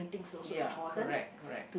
ya correct correct